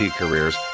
careers